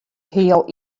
heal